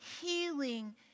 healing